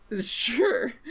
Sure